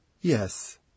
Yes